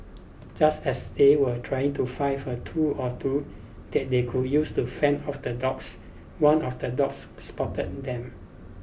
just as they were trying to find a tool or two that they could use to fend off the dogs one of the dogs spotted them